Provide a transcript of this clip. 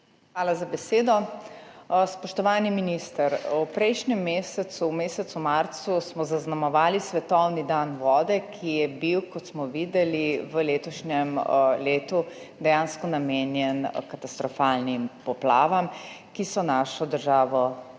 Hvala za besedo. Spoštovani minister, v prejšnjem mesecu, v mesecu marcu smo zaznamovali Svetovni dan vode, ki je bil, kot smo videli, v letošnjem letu dejansko namenjen katastrofalnim poplavam, ki so našo državo zajele